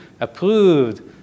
approved